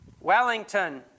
Wellington